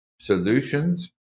solutions